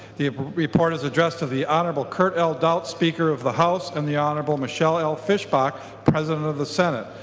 the report is addressed to the hon. kurt l doudt speaker of the house and the um hon. michelle l fischbach president of the senate.